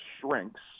shrinks